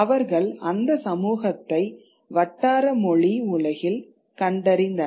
அவர்கள் அந்த சமூகத்தை வட்டாரமொழி உலகில் கண்டறிந்தனர்